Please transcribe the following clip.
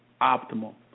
optimal